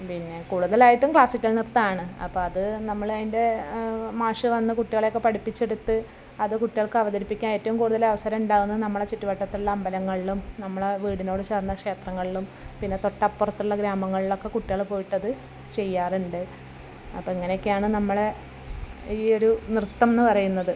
പിന്നെ കൂടുതലായിട്ടും ക്ലാസ്സിക്കൽ നൃത്തമാണ് അപ്പോൾ അത് നമ്മൾ അതിൻ്റെ മാഷ് വന്ന് കുട്ടികളെയൊക്കെ പഠിപ്പിച്ചെടുത്ത് അത് കുട്ടികൾക്ക് അവതരിപ്പിക്കാൻ ഏറ്റവും കൂടുതൽ അവസരം ഉണ്ടാവുന്നത് നമ്മളെ ചുറ്റുവട്ടത്തുള്ള അമ്പലങ്ങളിലും നമ്മളെ വീടിനോട് ചേർന്ന ക്ഷേത്രങ്ങളിലും പിന്നെ തൊട്ടപ്പുറത്തുള്ള ഗ്രാമങ്ങളിലൊക്കെ കുട്ടികൾ പോയിട്ടത് ചെയ്യാറുണ്ട് അപ്പോൾ ഇങ്ങനെയൊക്കെയാണ് നമ്മളെ ഈ ഒരു നൃത്തം എന്നു പറയുന്നത്